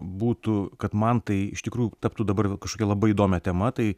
būtų kad man tai iš tikrųjų taptų dabar kažkokia labai įdomia tema tai